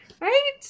right